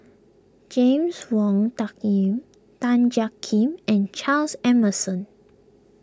James Wong Tuck Yim Tan Jiak Kim and Charles Emmerson